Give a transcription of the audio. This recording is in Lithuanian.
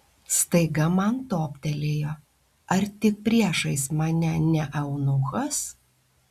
staiga man toptelėjo ar tik priešais mane ne eunuchas